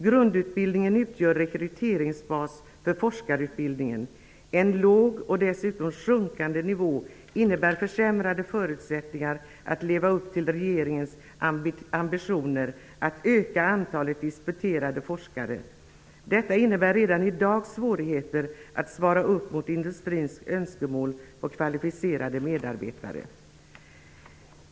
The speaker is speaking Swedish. Grundutbildningen utgör en rekryteringsbas för forskarutbildningen. En låg, och dessutom sjunkande, nivå innebär sämre förutsättningar att leva upp till regeringens ambitioner att öka antalet disputerade forskare. Detta innebär redan i dag svårigheter när det gäller att svara upp mot industrins önskemål om kvalificerade medarbetare.